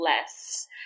less